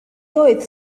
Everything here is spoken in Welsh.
oedd